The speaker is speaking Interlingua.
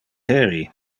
heri